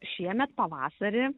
šiemet pavasarį